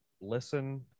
listen